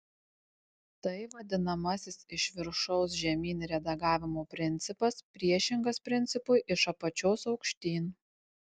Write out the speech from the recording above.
tai vadinamasis iš viršaus žemyn redagavimo principas priešingas principui iš apačios aukštyn